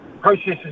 processes